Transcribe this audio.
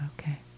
Okay